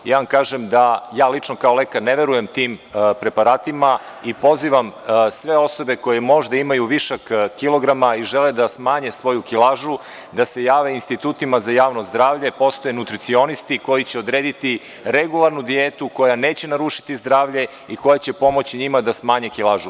Ja vam kažem da ja lično kao lekar ne verujem tim preparatima i pozivam sve osobe koja možda imaju višak kilograma i žele da smanje svoju kilažu, da se jave institutima za javno zdravlje gde postoje nutricionisti koji će odrediti regularnu dijetu, koja neće narušiti zdravlje i koja će pomoći njima da smanje kilažu.